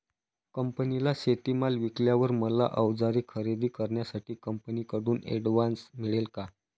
कंपनीला शेतीमाल विकल्यावर मला औजारे खरेदी करण्यासाठी कंपनीकडून ऍडव्हान्स मिळेल का?